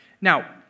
Now